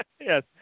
Yes